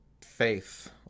faith